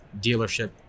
dealership